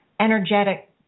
energetic